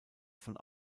von